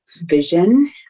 vision